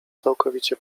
całkowicie